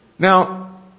Now